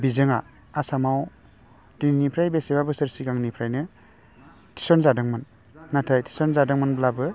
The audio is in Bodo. बिजोंआ आसामाव दिनैनिफ्राय बेसेबां बोसोर सिगांनिफ्रायनो थिसनजादोंमोन नाथाय थिसन जादोंमोनब्लाबो